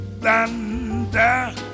thunder